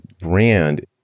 brand